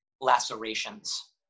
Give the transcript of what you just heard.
Lacerations